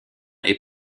est